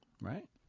right